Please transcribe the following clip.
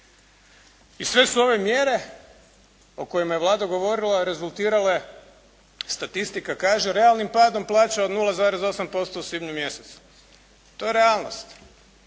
I sve su ove mjere o kojima je Vlada govorila rezultirale, statistika kaže realnim padom plaća od 0,8% u svibnju mjesecu. To je realnost.